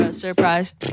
Surprise